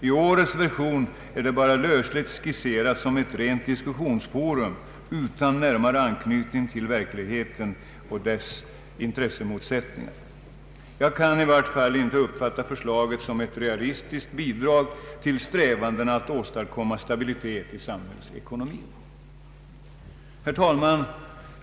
I årets version är det bara lösligt skisserat som ett rent diskussionsforum utan närmare anknytning till verkligheten och dess intressemotsättningar. Jag kan i vart fall inte uppfatta förslaget som ett realistiskt bidrag till strävandena att åstadkomma stabilitet i samhällsekonomin. Herr talman!